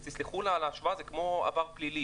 תסלחו לי על ההשוואה, זה נראה כמו עבר פלילי.